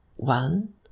one